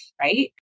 right